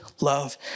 love